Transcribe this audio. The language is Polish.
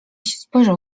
spojrzał